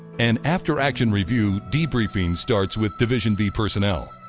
an after action review debriefing starts with division b personnel.